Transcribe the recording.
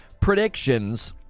predictions